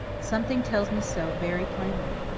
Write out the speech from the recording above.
something tells me so very plainly.